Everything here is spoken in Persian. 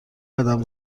قدم